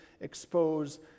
expose